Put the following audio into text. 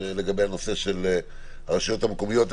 לגבי הנושא של הרשויות המקומיות.